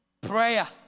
prayer